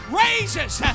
raises